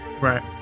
Right